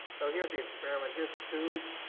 so, here's the experiment, here's the tube,